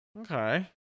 Okay